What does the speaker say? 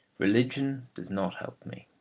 religion does not help me.